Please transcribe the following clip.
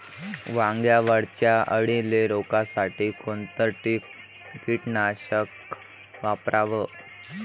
वांग्यावरच्या अळीले रोकासाठी कोनतं कीटकनाशक वापराव?